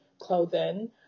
clothing